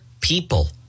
people